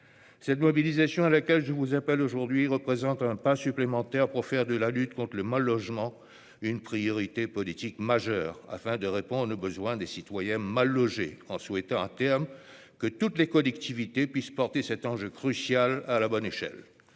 Cette mobilisation, à laquelle je vous appelle aujourd'hui, mes chers collègues, représente un pas supplémentaire pour faire de la lutte contre le mal-logement une priorité politique essentielle, afin de répondre aux besoins des citoyens mal logés, en souhaitant que toutes les collectivités puissent à terme porter cet enjeu crucial à la bonne échelle.